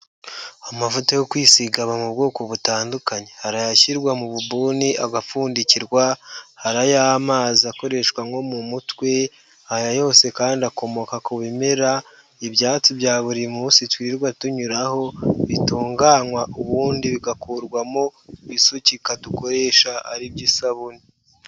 Amavuta yo kwisiga mu bwoko butandukanye, hari aya ashyirwa mu buguni agapfundikirwa, hari ay'amazi akoreshwa nko mu mutwe. Aya yose kandi akomoka ku bimera, ibyatsi bya buri munsi twirirwa tunyuraho bitunganywa ubundi bigakurwamo ibisukika dukoresha ari byo isabune.